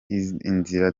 inzira